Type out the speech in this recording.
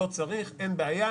לא צריך, אין בעיה.